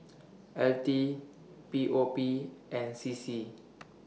L T P O P and C C